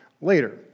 later